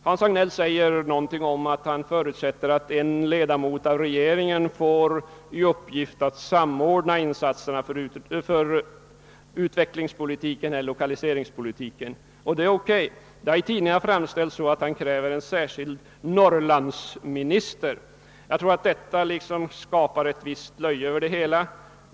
Hans Hagnell säger något om att han förutsätter att en ledamot av regeringen får i uppgift att sam :ordna insatserna för utvecklingspolitiken och lokaliseringspolitiken, och det är OK. I tidningarna har detta framställts så, att herr Hagnell kräver tillsättandet av en särskild norrlandsminister. Jag tror att detta skapar ett visst löje över det hela.